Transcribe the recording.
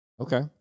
Okay